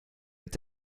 mit